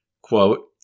quote